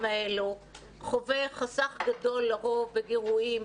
האלה חווה חסך גדול לרוב בגירויים,